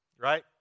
Right